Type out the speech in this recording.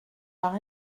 par